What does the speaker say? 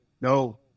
No